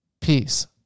Peace